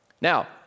Now